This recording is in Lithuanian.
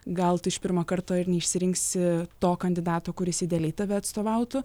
gal tu iš pirmo karto ir neišsirinksi to kandidato kuris idealiai tave atstovautų